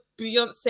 Beyonce